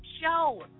show